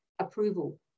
approval